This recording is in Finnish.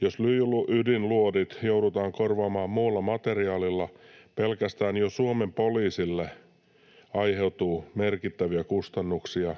Jos lyijy-ydinluodit joudutaan korvaamaan muulla materiaalilla, pelkästään jo Suomen poliisille aiheutuu merkittäviä kustannuksia,